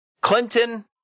Clinton